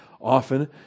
often